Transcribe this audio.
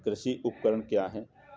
कृषि उपकरण क्या है?